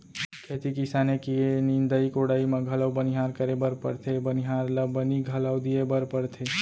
खेती किसानी के निंदाई कोड़ाई म घलौ बनिहार करे बर परथे बनिहार ल बनी घलौ दिये बर परथे